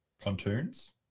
Pontoons